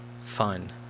fun